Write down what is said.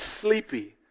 sleepy